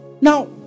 Now